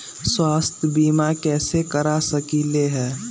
स्वाथ्य बीमा कैसे करा सकीले है?